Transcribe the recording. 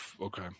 Okay